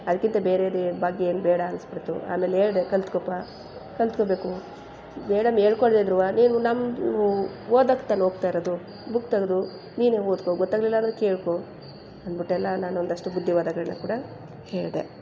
ಅದ್ಕಿಂತ ಬೇರೆಯದೇ ಭಾಗ್ಯ ಏನು ಬೇಡ ಅನ್ನಿಸ್ಬಿಡ್ತು ಆಮೇಲೆ ಹೇಳ್ದೆ ಕಲ್ತ್ಕೊಪ್ಪ ಕಲ್ತೊಳ್ಬೇಕು ಮೇಡಮ್ ಹೇಳ್ಕೊಡ್ದೆ ಇದ್ದರೂ ನೀನು ನಮ್ಮ ಓದೋಕೆ ತಾನು ಹೋಗ್ತಾಯಿರೋದು ಬುಕ್ ತೆಗ್ದು ನೀನೆ ಓದ್ಕೊ ಗೊತ್ತಾಗಲಿಲ್ಲ ಅಂದ್ರೆ ಕೇಳ್ಕೊ ಅಂದ್ಬಿಟ್ಟೆಲ್ಲ ನಾನು ಒಂದಷ್ಟು ಬುದ್ಧಿವಾದಗಳನ್ನ ಕೂಡ ಹೇಳಿದೆ